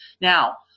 now